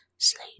Sleep